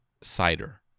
cider